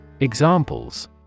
Examples